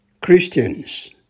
Christians